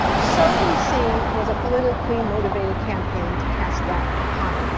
so we see was a politically motivated campaign to cast doubt upon it.